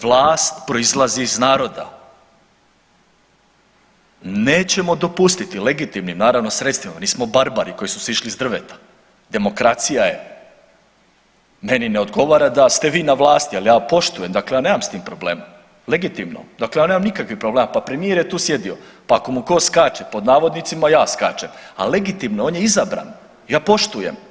Vlast proizlazi iz naroda, nećemo dopustiti legitimnim naravno sredstvima nismo barbari koji su sišli s drveta, demokracija je, meni ne odgovara da ste vi na vlasti, ali ja poštujem, dakle ja nemam s tim problema, legitimno, dakle ja nemam nikakvih problema, pa premijer je tu sjedio pa ako mu ko skače pod navodnicima ja skačem ali legitimno, on je izabran, ja poštujem.